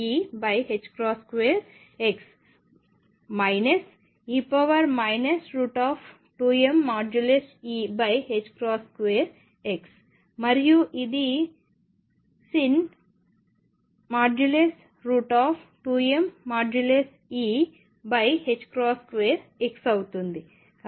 కాబట్టి e2mE2x e 2mE2xమరియు ఇది sinh 2mE2x అవుతుంది